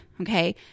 Okay